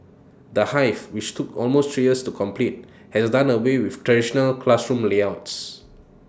the hive which took almost three years to complete has done away with traditional classroom layouts